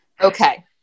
Okay